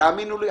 תאמינו לי,